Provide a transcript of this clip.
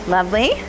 Lovely